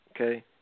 Okay